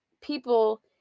people